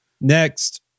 Next